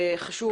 וחשוב